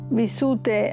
vissute